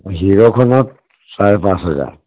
হিৰ'খনত চাৰে পাঁচ হাজাৰ